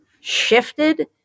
shifted